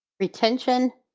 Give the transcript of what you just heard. retention,